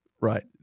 Right